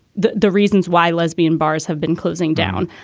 the the reasons why lesbian bars have been closing down.